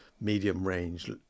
medium-range